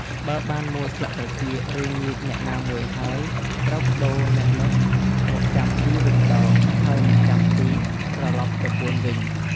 បើបានមួលស្លឹកត្រចៀក ឬ ញៀចអ្នកណាមួយហើយ ត្រូវប្តូរអ្នកនោះមកចាំទីវិញម្ដង ហើយអ្នកចាំទីត្រឡប់ទៅពួនវិញ។